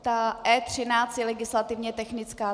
E13 je legislativně technická.